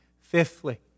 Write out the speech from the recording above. Fifthly